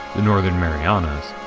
the northern marianas,